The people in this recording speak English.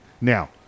Now